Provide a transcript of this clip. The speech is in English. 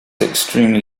extremely